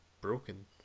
broken